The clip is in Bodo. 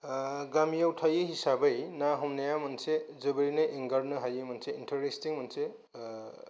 गामिआव थायि हिसाबै ना हमनाया मोनसे जोबोरैनो एंगारनो हायै मोनसे एन्टारेस्टिं मोनसे